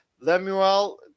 Lemuel